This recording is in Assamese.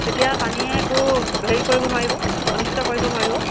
তেতিয়া পানীয়ে একো হেৰি কৰিব নোৱাৰিব অনিষ্ট কৰিব নোৱাৰিব